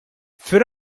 fir